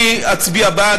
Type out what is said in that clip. אני אצביע בעד,